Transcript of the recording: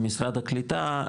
במשרד הקליטה,